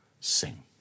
sing